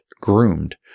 groomed